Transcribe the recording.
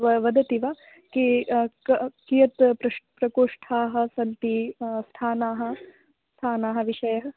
व वदति वा किं क कियत् प्रश् प्रकोष्ठाः सन्ति स्थानाः स्थानाः विषयाः